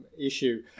issue